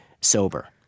sober